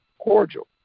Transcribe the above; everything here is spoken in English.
cordial